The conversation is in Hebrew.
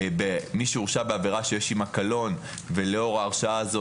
מי שהורשע בעבירה שיש עמה קלון ולאור ההרשעה הזאת